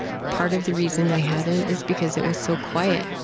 part of the reason i hadn't is because it was so quiet.